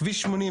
לגבי כביש 80,